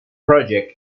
project